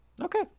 Okay